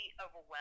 overwhelmed